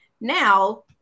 Now